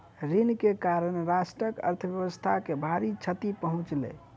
ऋण के कारण राष्ट्रक अर्थव्यवस्था के भारी क्षति पहुँचलै